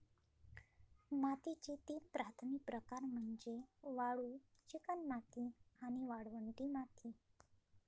मातीचे तीन प्राथमिक प्रकार म्हणजे वाळू, चिकणमाती आणि वाळवंटी माती